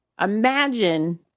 imagine